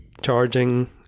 charging